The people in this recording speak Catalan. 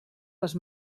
les